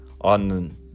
on